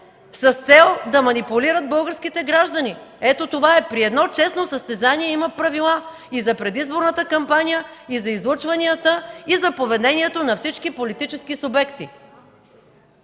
с цел да манипулират българските граждани. Ето, това е! При едно честно състезание има правила – и за предизборната кампания, и за излъчванията, и за поведението на всички политически субекти.